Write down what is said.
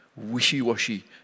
wishy-washy